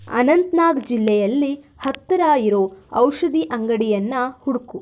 ಅನಂತ್ನಾಗ್ ಜಿಲ್ಲೆಯಲ್ಲಿ ಹತ್ತಿರ ಇರೋ ಔಷಧಿ ಅಂಗಡಿಯನ್ನು ಹುಡುಕು